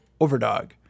overdog